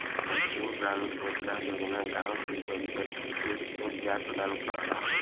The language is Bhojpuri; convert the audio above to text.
संपूर्ण ग्रामीण रोजगार योजना गांव के गरीबन खातिर रोजगार प्रदान करला